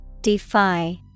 Defy